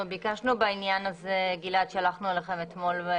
אנחנו ביקשנו בעניין הזה, גלעד, שלחנו לכם אתמול.